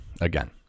again